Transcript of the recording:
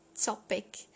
topic